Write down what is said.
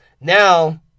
now